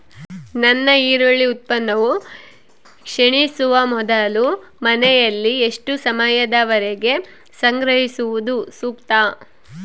ನನ್ನ ಈರುಳ್ಳಿ ಉತ್ಪನ್ನವು ಕ್ಷೇಣಿಸುವ ಮೊದಲು ಮನೆಯಲ್ಲಿ ಎಷ್ಟು ಸಮಯದವರೆಗೆ ಸಂಗ್ರಹಿಸುವುದು ಸೂಕ್ತ?